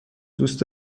دوست